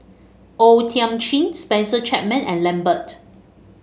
O Thiam Chin Spencer Chapman and Lambert